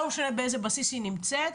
לא משנה באיזה בסיס החיילת נמצאת,